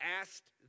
asked